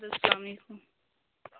آد حظ اسلام علیکُم